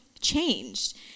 changed